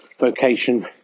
vocation